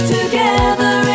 Together